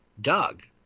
Doug